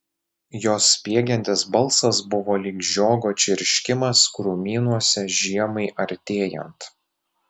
jos spiegiantis balsas buvo lyg žiogo čirškimas krūmynuose žiemai artėjant